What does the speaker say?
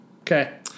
Okay